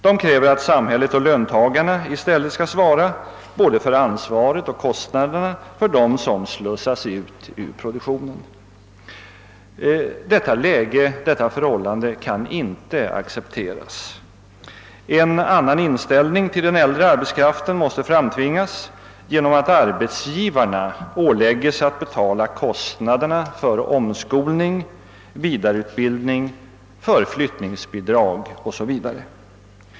De kräver att samhället och löntagarna i stället skall bära både ansvaret och kostnaderna för dem som slussas ut ur produktionen. Detta förhållande kan inte accepteras. En annan inställning till den äldre arbetskraften måste framtvingas genom att arbetsgivarna ålägges att betala kostnaderna för omskolning, vidareutbildning, flyttningsbidrag o.s.v.